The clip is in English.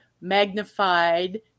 magnified